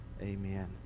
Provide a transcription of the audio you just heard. Amen